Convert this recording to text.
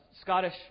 Scottish